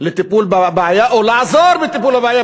לטיפול בבעיה או לעזור בטיפול בבעיה.